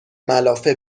ملافه